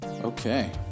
Okay